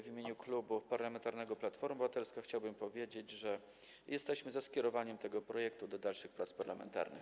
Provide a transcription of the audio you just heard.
W imieniu Klubu Parlamentarnego Platforma Obywatelska chciałbym powiedzieć, że jesteśmy za skierowaniem tego projektu do dalszych prac parlamentarnych.